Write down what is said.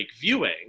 viewing